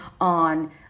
on